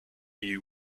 you